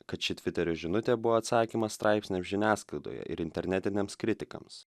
kad ši tviterio žinutė buvo atsakymas straipsniams žiniasklaidoje ir internetiniams kritikams